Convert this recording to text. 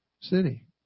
city